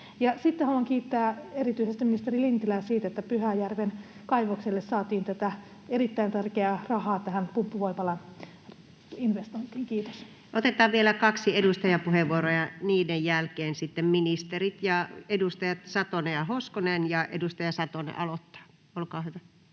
sitten haluan kiittää erityisesti ministeri Lintilää siitä, että Pyhäjärven kaivokselle saatiin erittäin tärkeää rahaa tähän pumppuvoimalan investointiin. — Kiitos. Otetaan vielä kaksi edustajapuheenvuoroa ja niiden jälkeen sitten ministerit. Edustajat Satonen ja Hoskonen. — Ja edustaja Satonen aloittaa, olkaa hyvä.